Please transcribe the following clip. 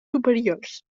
superiors